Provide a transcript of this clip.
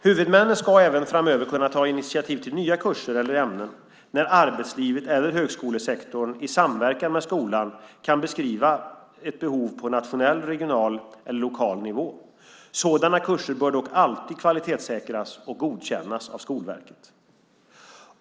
Huvudmännen ska även framöver kunna ta initiativ till nya kurser eller ämnen, när arbetslivet eller högskolesektorn i samverkan med skolan kan beskriva ett behov på nationell, regional eller lokal nivå. Sådana kurser bör dock alltid kvalitetssäkras och godkännas av Skolverket.